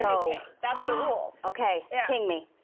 so that's the rule. okay, yeah king me.